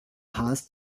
haas